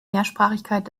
mehrsprachigkeit